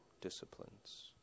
disciplines